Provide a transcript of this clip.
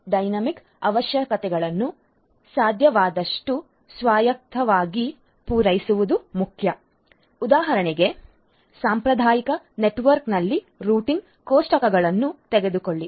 ಚಲನಶೀಲ ಅವಶ್ಯಕತೆಗಳನ್ನು ಸಾಧ್ಯವಾದಷ್ಟು ಸ್ವಾಯತ್ತವಾಗಿ ಪೂರೈಸುವುದು ಮುಖ್ಯ ಉದಾಹರಣೆಗೆ ಸಾಂಪ್ರದಾಯಿಕ ನೆಟ್ವರ್ಕ್ನಲ್ಲಿ ರೂಟಿಂಗ್ ಕೋಷ್ಟಕಗಳನ್ನು ತೆಗೆದುಕೊಳ್ಳಿ